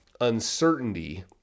uncertainty